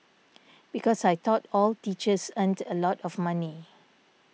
because I thought all teachers earned a lot of money